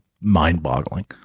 mind-boggling